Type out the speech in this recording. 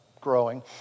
growing